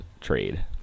trade